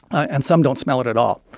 and some don't smell it at all.